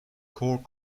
core